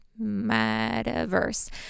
metaverse